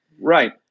Right